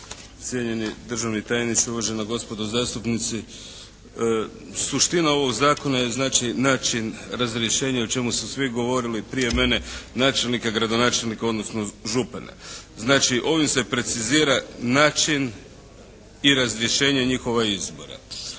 cijenjeni državni tajniče, uvažena gospodo zastupnici. Suština ovog Zakona je znači način razrješenja o čemu su svi govorili prije mene načelnika, gradonačelnika, odnosno župana. Znači ovim se precizira način i razrješenje njihova izbora.